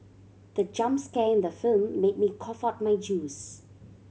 the jump scare in the film made me cough out my juice